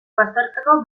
baztertzeko